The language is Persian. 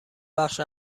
بخش